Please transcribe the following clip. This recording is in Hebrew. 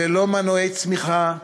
ללא מנועי צמיחה,